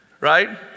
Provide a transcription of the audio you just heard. Right